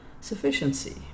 sufficiency